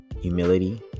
humility